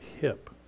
hip